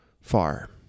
far